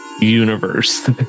universe